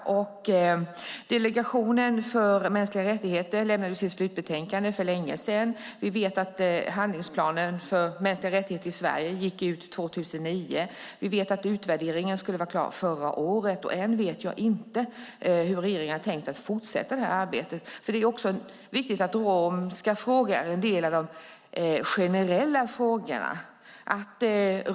Delegationen för mänskliga rättigheter lämnade sitt slutbetänkande för länge sedan. Vi vet att handlingsplanen för mänskliga rättigheter i Sverige gick ut 2009. Utvärderingen skulle ha varit klar förra året, och jag vet ännu inte hur regeringen har tänkt fortsätta arbetet. Det är viktigt att de romska frågorna är en del av de generella frågorna.